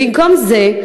במקום זה,